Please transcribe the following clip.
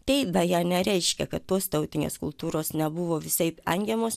tai beje nereiškia kad tos tautinės kultūros nebuvo visaip engiamos